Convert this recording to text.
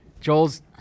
Joel's